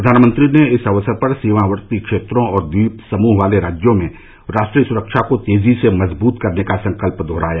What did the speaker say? प्रधानमंत्री ने इस अवसर पर सीमावर्ती क्षेत्रों और द्वीप समूह वाले राज्यों में राष्ट्रीय सुरक्षा को तेजी से मजबूत करने का संकल्प दोहराया